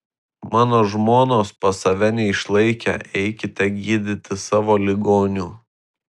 mano žmonos pas save neišlaikę eikite gydyti savo ligonių